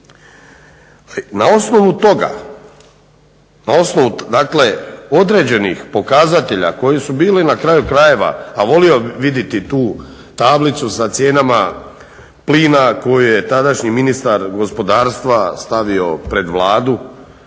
Na osnovu toga, dakle određenih pokazatelja koji su bili na kraju krajeva a volio bih vidjeti tu tablicu sa cijenama plina koje je tadašnji ministar gospodarstva stavio pred Vladu